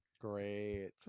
Great